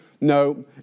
No